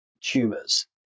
tumors